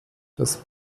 das